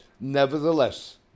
Nevertheless